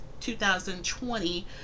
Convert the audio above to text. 2020